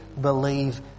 believe